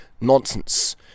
nonsense